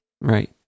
Right